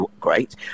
great